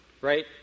Right